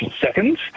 seconds